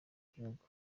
gihugu